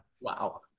Wow